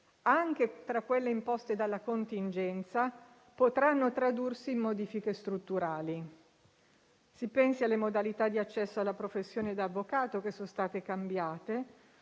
anche tra quelle imposte dalla contingenza, potranno tradursi in modifiche strutturali. Si pensi alle modalità di accesso alla professione di avvocato, che sono state cambiate,